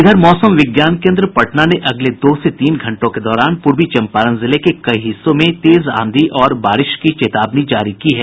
इधर मौसम विज्ञान केन्द्र पटना ने अगले दो से तीन घंटों के दौरान पूर्वी चंपारण जिले के कई हिस्सों में तेज आंधी और बारिश की चेतावनी जारी की है